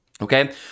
okay